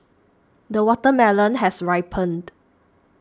the watermelon has ripened